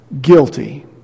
guilty